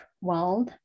world